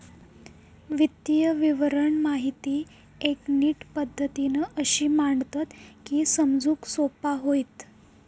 वित्तीय विवरण माहिती एक नीट पद्धतीन अशी मांडतत की समजूक सोपा होईत